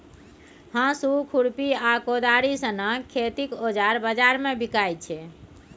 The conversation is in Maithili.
हाँसु, खुरपी आ कोदारि सनक खेतीक औजार बजार मे बिकाइ छै